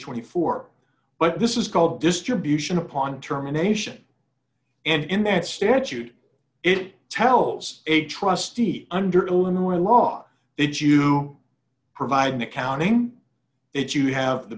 twenty four but this is called distribution upon terminations and in that statute it tells a trustee under illinois law it's you provide an accounting it you have the